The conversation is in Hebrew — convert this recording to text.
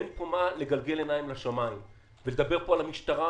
אין פה מה לגלגל עיניים לשמיים ולדבר רק על המשטרה,